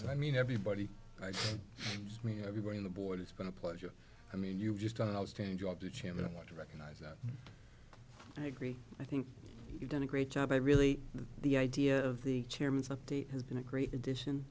so i mean everybody i mean everybody in the board it's been a pleasure i mean you've just done an outstanding job to chant i want to recognize that i agree i think you've done a great job i really the idea of the chairman's update has been a great addition